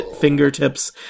fingertips